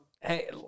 hey